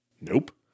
Nope